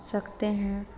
सकते हैं